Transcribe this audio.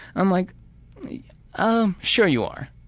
i'm like um sure you are.